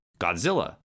godzilla